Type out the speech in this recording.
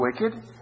wicked